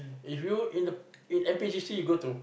if you in in N_P_C_C you go to